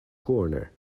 corner